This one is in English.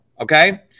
Okay